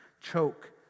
Choke